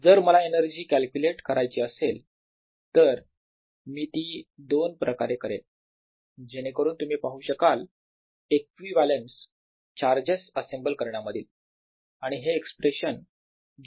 जर मला energy calculate करायची असेल तर मी ती दोन प्रकारे करेन जेणेकरून तुम्ही पाहू शकाल इक्विवलेन्स चार्जेस असेंबल करण्यामधील आणि हे एक्सप्रेशन जे वर लिहिले आहे